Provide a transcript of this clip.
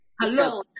hello